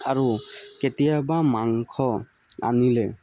আৰু কেতিয়াবা মাংস আনিলে